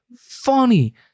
funny